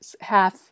half